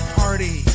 party